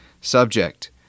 subject